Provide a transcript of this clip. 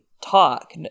talk